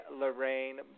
Lorraine